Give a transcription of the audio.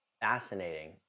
Fascinating